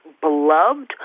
beloved